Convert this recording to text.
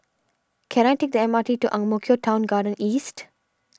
can I take the M R T to Ang Mo Kio Town Garden East